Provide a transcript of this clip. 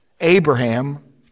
Abraham